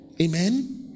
Amen